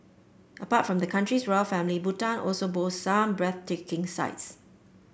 apart from the country's royal family Bhutan also boasts some breathtaking sights